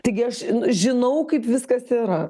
taigi aš žinau kaip viskas yra